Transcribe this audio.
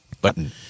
button